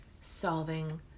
solving